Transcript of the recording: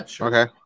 Okay